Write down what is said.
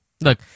Look